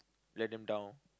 let them down